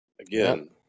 Again